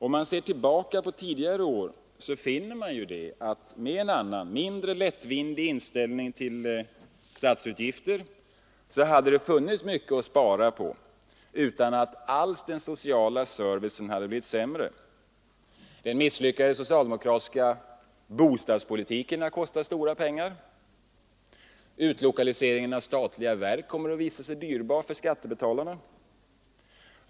Om man ser tillbaka på tidigare år finner man att det med en annan och mindre lättvindig inställning till statsutgifter hade funnits mycket att spara på utan att den sociala servicen alls hade blivit sämre. Den misslyckade socialdemokratiska bostadspolitiken har kostat enorma pengar. Utlokaliseringen av statliga verk kommer att visa sig dyrbar för skattebetalarna.